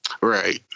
Right